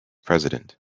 president